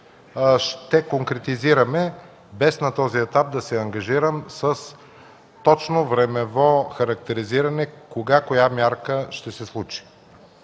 ще конкретизираме, без на този етап да се ангажирам с точно времево характеризиране кога коя мярка ще се случи.